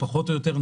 פחות או יותר,